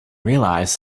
realize